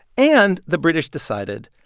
and the british decided,